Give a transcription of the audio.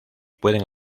pueden